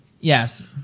Yes